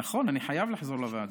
נכון, אני חייב לחזור לוועדה.